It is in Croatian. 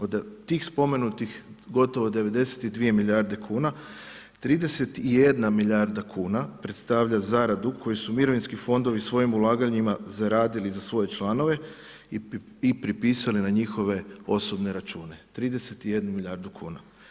Od tih spomenutih gotovo 92 milijarde kuna, 31 milijarda kuna predstavlja zaradu koju su mirovinski fondovi svojim ulaganjima zaradili za svoje članove i pripisali na njihove osobne račune, 31 milijardu kuna.